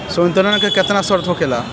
संवितरण के केतना शर्त होखेला?